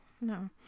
no